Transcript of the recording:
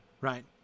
right